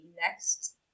next